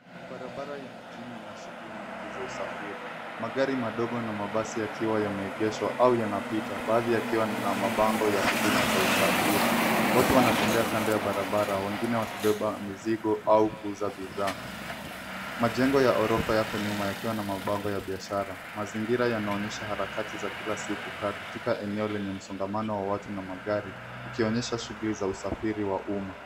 Barabara ya mijini ina shughuli nyingi za usafiri magari madogo na mabasi yakiwa yameegeshwa au yanapita baadhi yakiwa na mabango ya huduma za usafiri. Watu wanatembea kando ya barabara wengine wakibeba mizigo au kuuza bidhaa. Majengo ya ghorofa yako nyuma yakiwa na mabango ya biashara. Mazingira yanaonyesha harakati za kila siku katika eneo lenye msongamano wa watu na magari ikionyesha shughuli za usafiri wa umma.